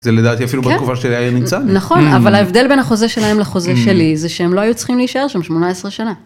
נכון אבל ההבדל בין החוזה שלהם לחוזה שלי זה שהם לא היו צריכים להישאר שם 18 שנה.